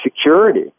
security